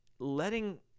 Letting